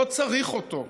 לא צריך אותו.